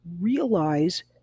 realize